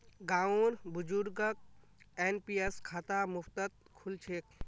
गांउर बुजुर्गक एन.पी.एस खाता मुफ्तत खुल छेक